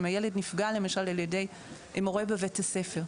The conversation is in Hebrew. אם הילד נפגע למשל על ידי מורה בבית הספר,